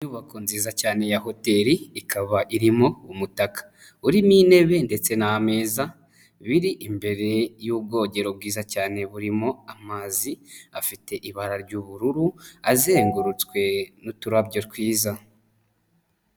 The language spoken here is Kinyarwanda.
Inyubako nziza cyane ya hoteri ikaba irimo umutaka urimo intebe ndetse n'ameza biri imbere y'ubwogero bwiza cyane burimo amazi afite ibara ry'ubururu azengurutswe n'uturabyo twiza.